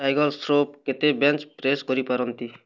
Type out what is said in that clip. tiger Shroff କେତେ bench press କରିପାରନ୍ତି